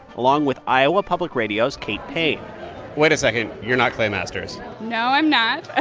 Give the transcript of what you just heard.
along with iowa public radio's kate payne wait a second you're not clay masters no, i'm not. ah